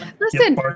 Listen